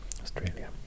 Australia